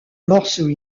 morceaux